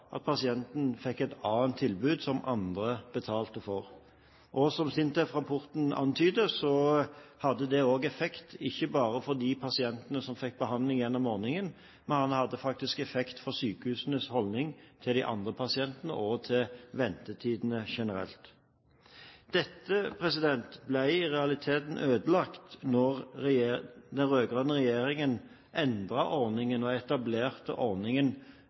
at pasienten fikk et annet tilbud som andre betalte for. Som SINTEF-rapporten antyder, hadde det effekt ikke bare for de pasientene som fikk behandling gjennom ordningen, men det hadde faktisk effekt også for sykehusenes holdning til de andre pasientene og til ventetidene generelt. Dette ble i realiteten ødelagt da den rød-grønne regjeringen endret ordningen og etablerte ordningen